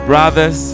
Brothers